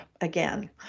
again